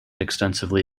extensively